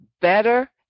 better